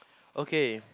okay